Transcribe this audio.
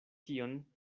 tion